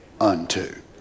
unto